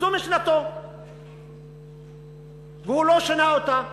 זו משנתו והוא לא שינה אותה.